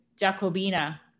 Jacobina